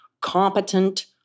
competent